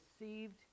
received